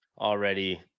already